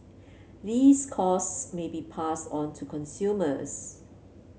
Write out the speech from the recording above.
these costs may be passed on to consumers